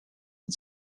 and